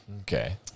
Okay